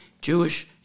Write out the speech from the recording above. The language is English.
Jewish